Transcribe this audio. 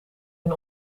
hun